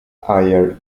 aer